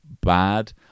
bad